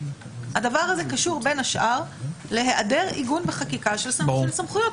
הדבר הזה קשור בין השאר להיעדר עיגון בחקיקה של סמכויות,